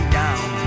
down